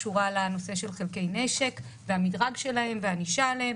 שקשורה לנושא של חלקי נשק והמדרג שלהם וענישה עליהם,